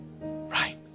Right